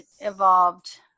evolved